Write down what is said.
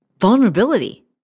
vulnerability